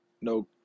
No